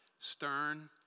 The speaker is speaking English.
stern